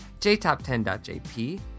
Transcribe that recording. jtop10.jp